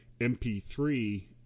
MP3